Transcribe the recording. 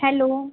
hello